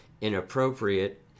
inappropriate